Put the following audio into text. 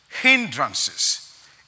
hindrances